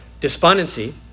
despondency